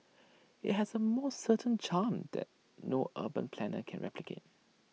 IT has A more certain charm that no urban planner can replicate